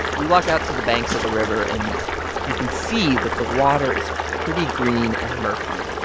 we walk out to the banks of the river, and we can see that the water is pretty green and murky.